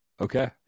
Okay